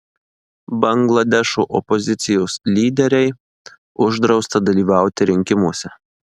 bangladešo opozicijos lyderei uždrausta dalyvauti rinkimuose